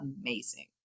amazing